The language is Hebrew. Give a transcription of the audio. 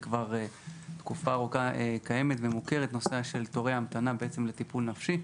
קיימת ומוכרת תקופה ארוכה הנושא של תורי ההמתנה לטיפול נפשי.